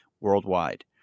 worldwide